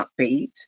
upbeat